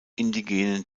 indigenen